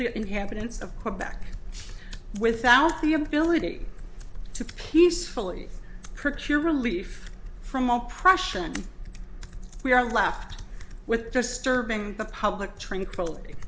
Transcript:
the inhabitants of quebec without the ability to peacefully relief from oppression we are left with disturbing the public train quality